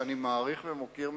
שאני מעריך ומוקיר,